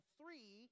three